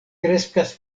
kreskas